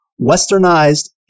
westernized